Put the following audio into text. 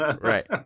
Right